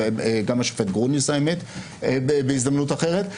וגם השופט גרוניס בהזדמנות אחרת,